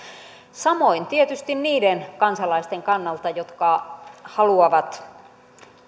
samoin tietysti niiden kansalaisten kannalta jotka haluavat